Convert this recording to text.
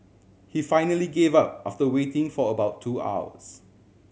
he finally gave up after waiting for about two hours